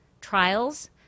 trials